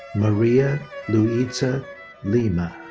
maria luiza lima.